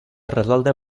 resoldre